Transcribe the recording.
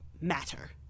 matter